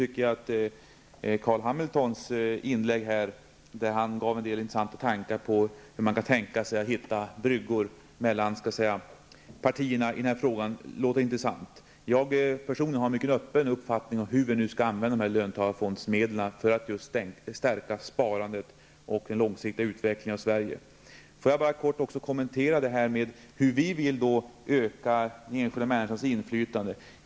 Carl B Hamilton framförde i sitt inlägg en del intressanta idéer om hur man kan hitta bryggor mellan partierna i den här frågan. Själv är jag mycket öppen för hur löntagarfondsmedlen skall användas för att stärka sparandet och för att åstadkomma en långsiktig och god utveckling av näringslivet i Sverige. Hur vill då vi öka inflytandet för den enskilda människan?